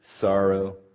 sorrow